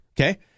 Okay